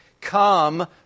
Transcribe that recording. come